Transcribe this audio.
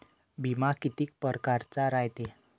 बिमा कितीक परकारचा रायते?